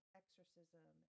exorcism